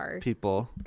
people